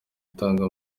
itanga